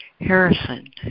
Harrison